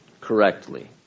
correctly